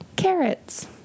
carrots